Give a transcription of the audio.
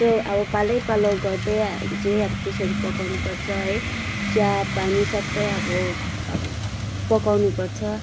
त्यस्तो अब पालै पालो गर्दै हामी चाहिँ त्यसरी पकाउनु पर्छ है चिया पानी सबै अब अब पकाउनु पर्छ